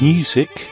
Music